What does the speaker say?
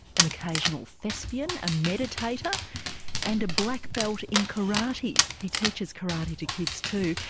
an occasional thespian, a meditator and a black belt in karate. he teaches karate to kids too,